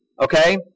okay